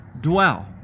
dwell